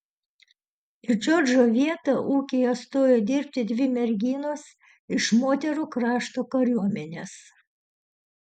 į džordžo vietą ūkyje stojo dirbti dvi merginos iš moterų krašto kariuomenės